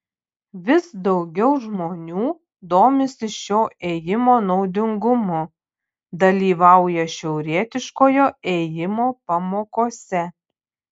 vis daugiau žmonių domisi šio ėjimo naudingumu dalyvauja šiaurietiškojo ėjimo pamokose